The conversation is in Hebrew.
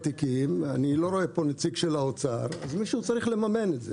הוותיקים אני לא רואה פה נציג של משרד האוצר מישהו צריך לממן את זה.